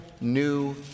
new